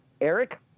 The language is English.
Eric